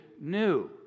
new